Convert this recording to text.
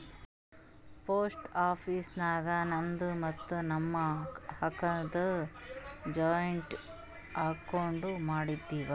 post office ನಾಗ್ ನಂದು ಮತ್ತ ನಮ್ ಅಕ್ಕಾದು ಜಾಯಿಂಟ್ ಅಕೌಂಟ್ ಮಾಡಿವ್